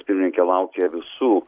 pirmininkė laukė visų